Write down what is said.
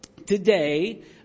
today